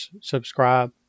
subscribe